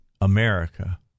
America